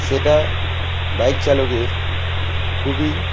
সেটা বাইক চালকের খুবই